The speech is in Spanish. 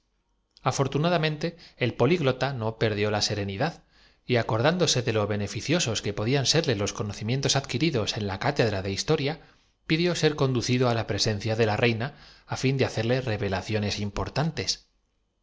afortunadamente el políglota no perdió la sere nidad y acordándose de lo beneficiosos que podían serle los conocimientos adquiridos en la cátedra de historia pidió ser conducido á presencia de la reina á fin de hacerle revelaciones importantes